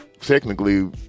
Technically